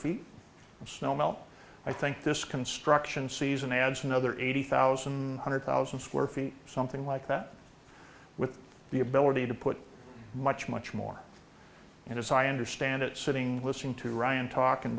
feet of snow melt i think this construction season adds another eighty thousand hundred thousand square feet something like that with the ability to put much much more in as i understand it sitting listening to ryan talk and